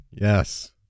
Yes